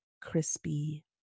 crispy